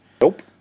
Nope